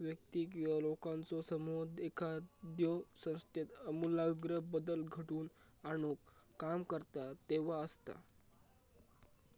व्यक्ती किंवा लोकांचो समूह एखाद्यो संस्थेत आमूलाग्र बदल घडवून आणुक काम करता तेव्हा असता